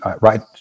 right